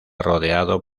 rodeado